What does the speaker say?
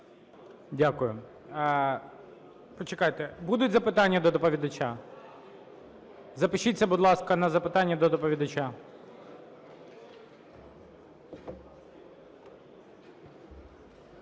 будуть запитання до доповідача? Запишіться, будь ласка, на запитання до доповідача.